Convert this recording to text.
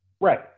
Right